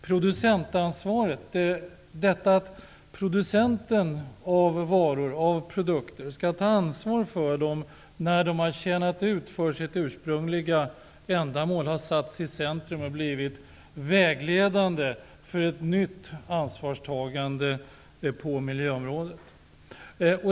Producentansvaret, att producenten av varor skall ta ansvar för dem när de tjänat ut för sitt ursprungliga ändamål, har satts i centrum och blivit vägledande för ett nytt ansvarstagande på miljöområdet.